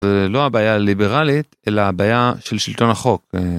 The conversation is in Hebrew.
זה לא הבעיה הליברלית אלא הבעיה של שלטון החוק.